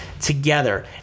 together